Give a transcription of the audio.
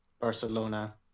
Barcelona